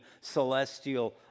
celestial